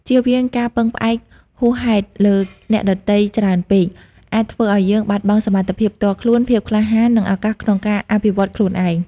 ជៀសវាងការពឹងផ្អែកហួសហេតុលើអ្នកដទៃច្រើនពេក អាចធ្វើឲ្យយើងបាត់បង់សមត្ថភាពផ្ទាល់ខ្លួន ភាពក្លាហាន និងឱកាសក្នុងការអភិវឌ្ឍខ្លួនឯង។